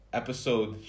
episode